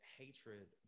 hatred